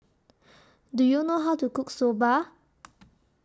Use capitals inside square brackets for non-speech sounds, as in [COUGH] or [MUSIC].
Do YOU know How to Cook Soba [NOISE]